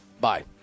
Bye